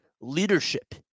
leadership